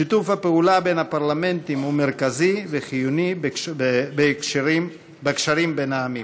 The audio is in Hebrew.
שיתוף הפעולה בין הפרלמנטים הוא מרכזי וחיוני בקשרים בין העמים.